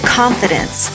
confidence